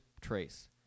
trace